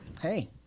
Hey